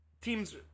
teams